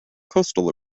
coastal